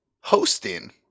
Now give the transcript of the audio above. hosting